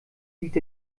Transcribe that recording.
sieht